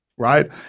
right